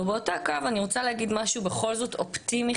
באותו קו אני רוצה להגיד משהו בכל זאת אופטימי,